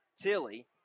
Tilly